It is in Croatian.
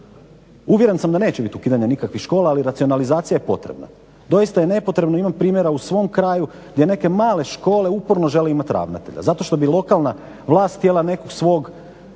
Uvjeren sam da neće biti ukidanja nikakvih škola, ali racionalizacija je potrebna. Doista je nepotrebno, imam primjera u svom kraju gdje neke male škole uporno žele imati ravnatelja zato što bi lokalna vlast htjela nekog svog